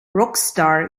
rockstar